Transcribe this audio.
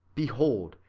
behold,